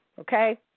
Okay